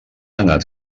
anat